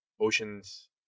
Ocean's